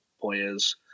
players